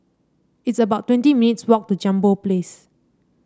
it's about twenty minutes' walk to Jambol Place